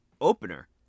opener